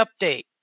update